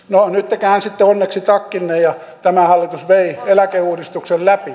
no nyt te käänsitte onneksi takkinne ja tämä hallitus vei eläkeuudistuksen läpi